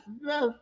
yes